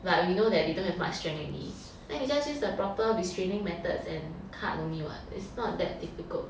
but we know that they don't have much strength already then we just use the proper restraining methods and cut only [what] it's not that difficult